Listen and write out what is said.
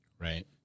Right